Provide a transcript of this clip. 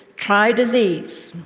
try disease.